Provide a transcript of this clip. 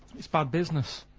it's bad business.